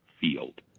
field